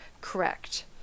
correct